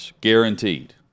guaranteed